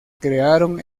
crearon